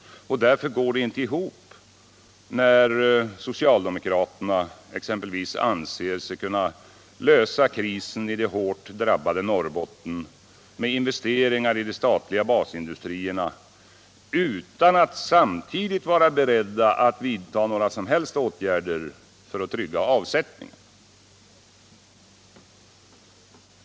Därför går det inte ihop när socialdemokraterna exempelvis anser sig kunna lösa krisen i det hårt drabbade Norrbotten med investeringar i de statliga basindustrierna, utan att samtidigt vara beredda att vidta några som helst åtgärder för att trygga avsättningen.